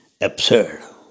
absurd